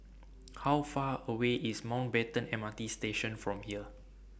How Far away IS Mountbatten M R T Station from here